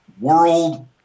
world